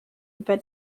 über